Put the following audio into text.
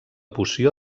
poció